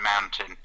mountain